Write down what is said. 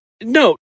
no